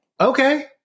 Okay